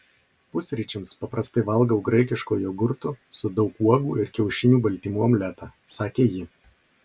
pusryčiams paprastai valgau graikiško jogurto su daug uogų ir kiaušinių baltymų omletą sakė ji